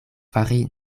fari